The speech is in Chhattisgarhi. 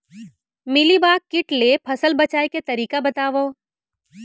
मिलीबाग किट ले फसल बचाए के तरीका बतावव?